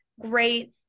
great